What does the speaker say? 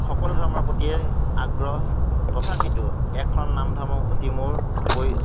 সকলো ধৰ্মৰ প্ৰতিয়েই আগ্ৰহ তথাপিতো এক শৰণ নাম ধৰ্মৰ প্ৰতি মোৰ